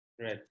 Right